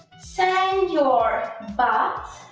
send your butt